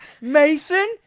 Mason